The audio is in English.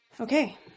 Okay